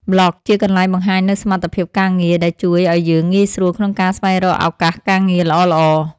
ប្លក់ជាកន្លែងបង្ហាញនូវសមិទ្ធផលការងារ ដែលជួយឱ្យយើងងាយស្រួលក្នុងការស្វែងរកឱកាសការងារល្អៗ។